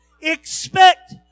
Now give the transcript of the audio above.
expect